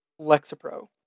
Lexapro